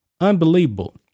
Unbelievable